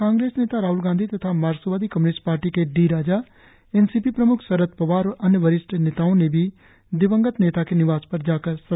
कांग्रेस नेता राहल गांधी तथा मार्क्सवादी कम्य्निस्ट पार्टी के डी राजा एनसीपी प्रम्ख शरद पवार और अन्य वरिष्ठ नेताओं ने भी दिवंगत नेता के निवास पर जाकर श्रद्वांजलि दी